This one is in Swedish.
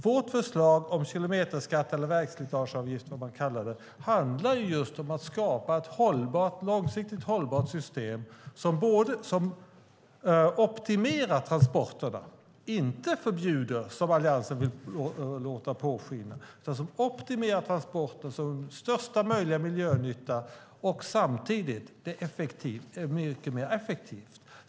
Vårt förslag om kilometerskatt eller vägslitageavgift, vad man nu kallar det, handlar just om att skapa ett långsiktigt hållbart system som optimerar transporterna - inte förbjuder, som Alliansen vill låta påskina - för största möjliga miljönytta, samtidigt som det är mycket mer effektivt.